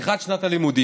פתיחת שנת הלימודים.